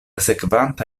sekvanta